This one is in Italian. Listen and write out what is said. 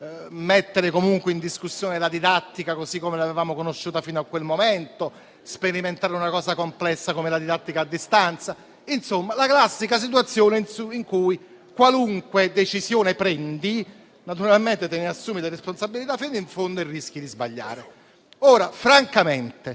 mettere in discussione la didattica così come l'avevamo conosciuta fino a quel momento, sperimentare una cosa complessa come la didattica a distanza. Insomma, era la classica situazione in cui qualunque decisione prendi naturalmente te ne assumi le responsabilità fino in fondo e rischi di sbagliare. Ora, francamente,